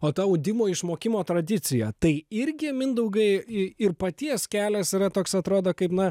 o ta audimo išmokimo tradicija tai irgi mindaugai i ir paties kelias yra toks atrodo kaip na